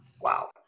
wow